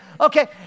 Okay